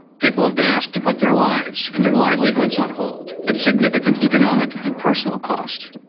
people have been asked to put their lives and their livelihoods on hold, at significant economic and personal cost.